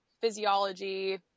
physiology